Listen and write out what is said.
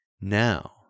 Now